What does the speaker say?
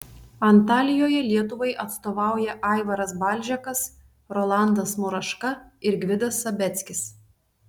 antalijoje lietuvai atstovauja aivaras balžekas rolandas muraška ir gvidas sabeckis